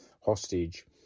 hostage